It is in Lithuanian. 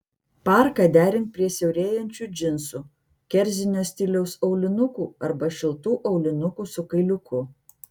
parką derink prie siaurėjančių džinsų kerzinio stiliaus aulinukų arba šiltų aulinukų su kailiuku